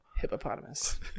Hippopotamus